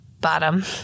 bottom